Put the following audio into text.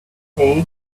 eggs